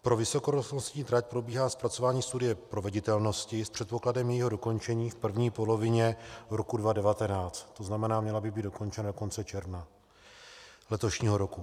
Pro vysokorychlostní trať probíhá zpracování studie proveditelnosti s předpokladem jejího dokončení v první polovině roku 2019, to znamená, měla by být dokončena do konce června letošního roku.